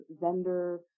vendor